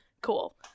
cool